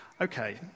okay